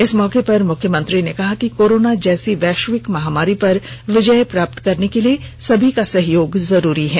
इस मौके पर मुख्यमंत्री ने कहा कि कोरोना जैसी वैष्विक महामारी पर विजय प्राप्त करने के लिए सभी का सहयोग जरूरी है